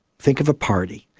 think of a party.